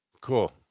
Cool